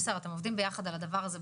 בסדר, אתם עובדים ביחד על הדבר הזה.